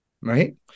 right